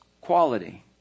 quality